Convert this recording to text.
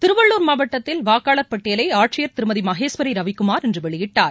திருவள்ளுர் மாவட்டத்தில் வாக்காளர் பட்டியலை ஆட்சியர் திருமதி மகேஸ்வரி ரவிக்குமார் இன்று வெளியிட்டார்